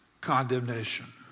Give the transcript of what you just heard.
condemnation